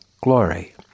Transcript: glory